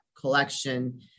collection